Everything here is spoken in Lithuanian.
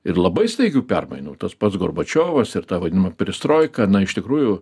ir labai staigių permainų tas pats gorbačiovas ir ta vadinama perestroika na iš tikrųjų